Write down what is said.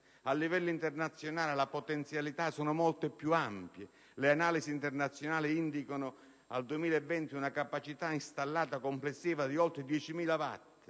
A livello internazionale le potenzialità sono molto più ampie. Le analisi internazionali indicano al 2020 una capacità installata complessiva di oltre 10.000 megawatt.